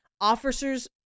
officers